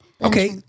Okay